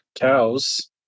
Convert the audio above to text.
cows